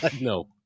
No